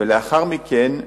לאחר מכן,